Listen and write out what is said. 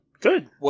Good